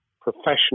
professional